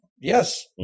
Yes